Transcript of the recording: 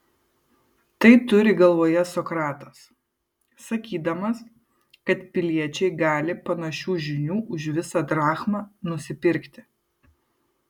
tai turi galvoje sokratas sakydamas kad piliečiai gali panašių žinių už visą drachmą nusipirkti